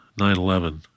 9-11